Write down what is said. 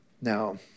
Now